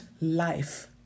life